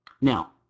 Now